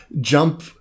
jump